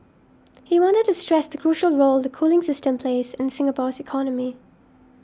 he wanted to stress the crucial role the cooling system plays in Singapore's economy